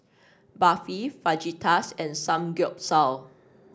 Barfi Fajitas and Samgeyopsal